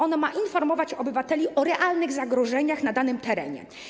On ma informować obywateli o realnych zagrożeniach na danym terenie.